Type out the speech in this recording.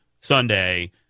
Sunday